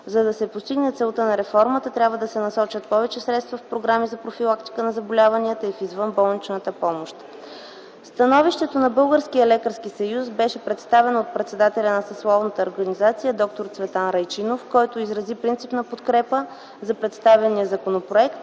За да се постигне целта на реформата, трябва да се насочат повече средства в програми за профилактика на заболяванията и в извънболничната помощ. Становището на Българския лекарски съюз беше представено от председателя на съсловната организация д-р Цветан Райчинов, който изрази принципна подкрепа за представения законопроект.